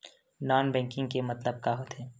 Non banking के मतलब का होथे?